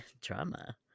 Drama